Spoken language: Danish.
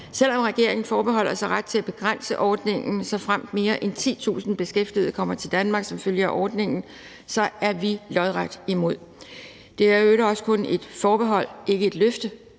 Selv om regeringen forbeholder sig ret til at begrænse ordningen, såfremt mere end 10.000 beskæftigede kommer til Danmark som følge af ordningen, så er vi lodret imod. Det er i øvrigt også kun et forbehold, ikke et løfte